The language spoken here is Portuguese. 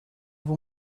vou